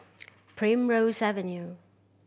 Primrose Avenue